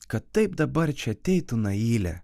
kad taip dabar čia ateitų nailė